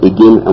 Again